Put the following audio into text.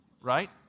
right